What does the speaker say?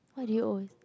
what do you always